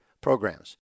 programs